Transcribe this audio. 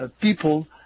people